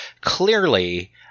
clearly